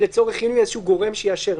לצורך אם יהיה איזשהו גורם שיאשר.